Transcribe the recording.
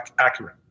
accurate